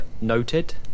Noted